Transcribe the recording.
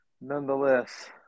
nonetheless